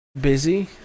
busy